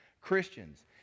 Christians